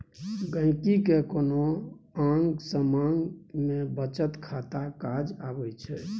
गांहिकी केँ कोनो आँग समाँग मे बचत खाता काज अबै छै